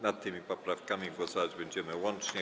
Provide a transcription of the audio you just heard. Nad tymi poprawkami głosować będziemy łącznie.